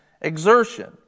exertion